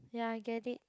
ya I get it